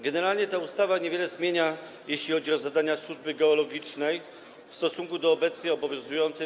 Generalnie ta ustawa niewiele zmienia, jeśli chodzi o zadania służby geologicznej, w stosunku do obecnie obowiązującej